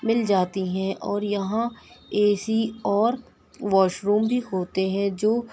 مل جاتی ہیں اور یہاں اے سی اور واش روم بھی ہوتے ہیں جو